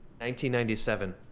1997